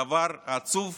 הדבר העצוב